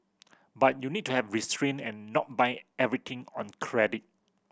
but you need to have restrain and not buy everything on credit